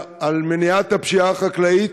על מניעת הפשיעה החקלאית